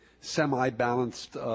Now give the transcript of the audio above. semi-balanced